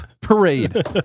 parade